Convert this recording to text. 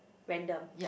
random